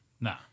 nah